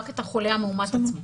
רק את החולה המאומת.